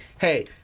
hey